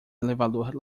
elevador